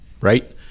right